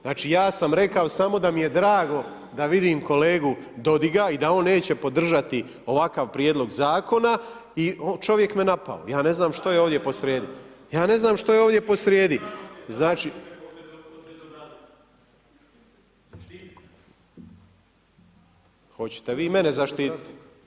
Znači ja sam rekao samo da mi je drago da vidim kolegu Dodiga i da on neće podržati ovakav prijedlog zakona i čovjek me napao, ja ne znam što je ovdje posrijedi, ja ne znam što je ovdje posrijedi … [[Upadica se ne čuje.]] Hoćete vi mene zaštitit?